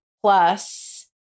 plus